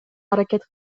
аракет